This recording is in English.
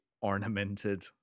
ornamented